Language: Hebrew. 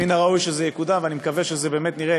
מן הראוי שזה יקודם ואני מקווה שבאמת נראה